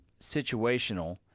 situational